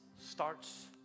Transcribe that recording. starts